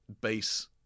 base